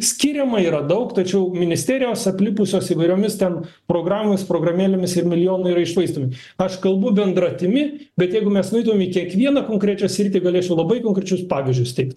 skiriama yra daug tačiau ministerijos aplipusios įvairiomis ten programomis programėlėmis ir milijonai yra iššvaistomi aš kalbu bendratimi bet jeigu mes nueitume į kiekvieną konkrečią sritį galėčiau labai konkrečius pavyzdžius teikt